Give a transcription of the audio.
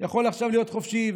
יכול עכשיו להיות חופשי,